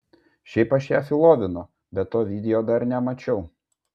šiaip aš ją filovinu bet to video dar nemačiau